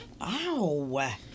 Ow